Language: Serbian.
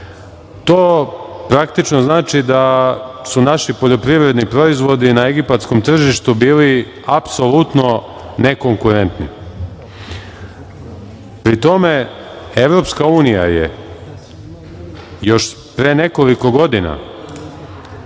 To praktično znači da su naši poljoprivredni proizvodi na egipatskom tržištu bili apsolutno nekonkurentni. Pri tome, EU je još pre nekoliko godina